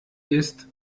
ist